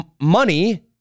money